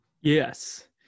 Yes